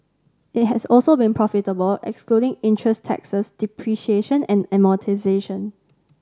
it has also been profitable excluding interest taxes depreciation and amortisation